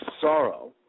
sorrow